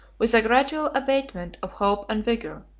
with a gradual abatement of hope and vigor,